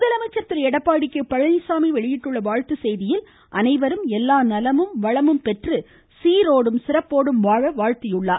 முதலமைச்சர் திரு எடப்பாடி கே பழனிச்சாமி வெளியிட்டுள்ள வாழ்த்துச் செய்தியில் அனைவரும் எல்லா நலமும் வளமும் பெற்று சீரோடும் சிறப்போடும் வாழ வாழ்த்தியுள்ளார்